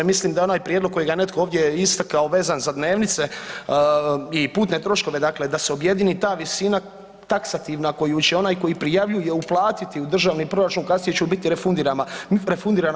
Mislim da je onaj prijedlog kojega je netko ovdje istakao vezan za dnevnice i putne troškove dakle da se objedini ta visina taksativno, a koju će onaj koji prijavljuje uplatiti u državni proračun kasnije će mu biti refundirana.